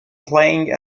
playing